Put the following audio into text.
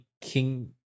King